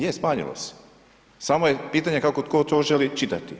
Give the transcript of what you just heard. Je, smanjilo se, samo je pitanje kako tko to želi čitati.